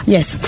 Yes